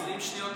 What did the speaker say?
20 שנה, הפקרות.